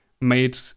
Made